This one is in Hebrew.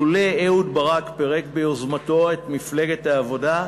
לולא פירק אהוד ברק ביוזמתו את מפלגת העבודה,